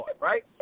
right